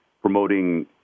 promoting